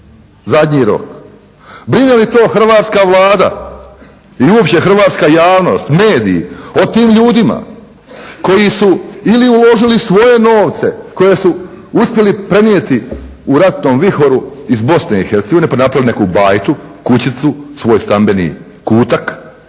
zadnji rok. Brine li to hrvatska Vlada i uopće hrvatska javnost, mediji o tim ljudima koji su ili uložili svoje novce koje su uspjeli prenijeti u ratnom vihoru iz Bosne i Hercegovine pa napravili neku bajtu, kućicu, svoj stambeni kutak